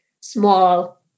Small